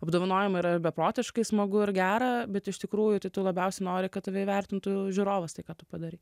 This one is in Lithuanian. apdovanojimai yra beprotiškai smagu ir gera bet iš tikrųjų tai tu labiausiai nori kad tave įvertintų žiūrovas tai ką tu padarei